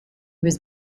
was